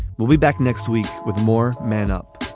we'll be back next week with more man up